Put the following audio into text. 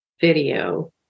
video